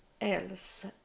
else